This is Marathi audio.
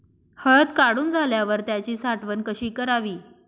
हळद काढून झाल्यावर त्याची साठवण कशी करावी?